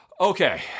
Okay